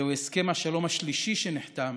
זהו הסכם השלום השלישי שנחתם